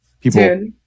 People